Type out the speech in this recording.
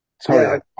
Sorry